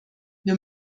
wir